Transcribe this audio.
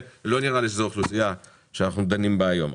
ולא נראה לי שזאת האוכלוסייה שאנחנו דנים בה היום.